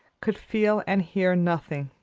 could feel and hear nothing.